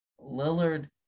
Lillard